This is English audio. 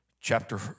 chapter